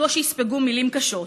מדוע שיספגו מילים קשות?